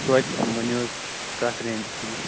تۄتہِ ؤنِو حظ کَتھ رینجَس منٛز